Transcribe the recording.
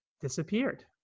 disappeared